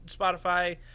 Spotify